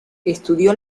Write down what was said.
estudió